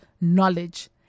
knowledge